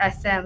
SM